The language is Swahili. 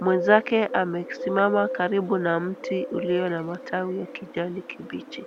Mwenzake amesisima karibu na mti ulio na matawi ya kijani kibichi.